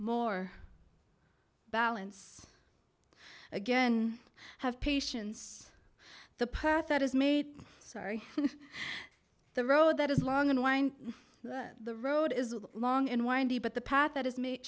more balance again have patience the perth that is made the road that is long and wind the road is long and windy but the path that is made